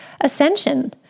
ascension